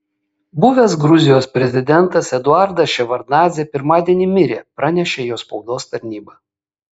buvęs gruzijos prezidentas eduardas ševardnadzė pirmadienį mirė pranešė jo spaudos tarnyba